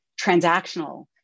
transactional